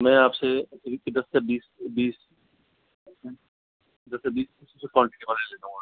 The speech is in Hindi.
मैं आपसे दस या बीस बीस दस बीस क्वानटिटी ले लेता हूँ आपसे